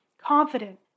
confident